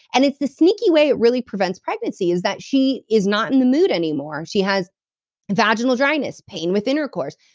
and it's the sneaky way it really prevents pregnancy, is that she is not in the mood anymore. she has vaginal dryness, pain with intercourse,